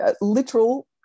literal